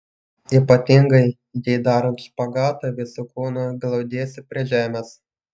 ypatingai jei darant špagatą visu kūnu glaudiesi prie žemės